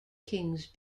kings